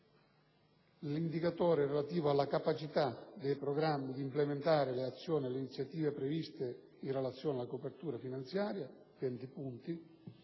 concertazione locale; capacità dei programmi di implementare le azioni e le iniziative previste in relazione alla copertura finanziaria, 20 punti,